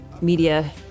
Media